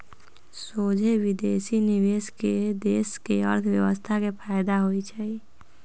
सोझे विदेशी निवेश से देश के अर्थव्यवस्था के फयदा होइ छइ